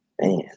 Man